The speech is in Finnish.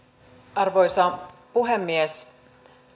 arvoisa puhemies